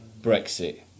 Brexit